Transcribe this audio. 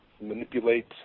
manipulate